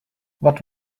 what